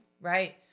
right